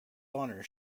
honor